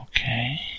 okay